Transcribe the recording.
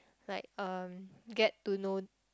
like um get to know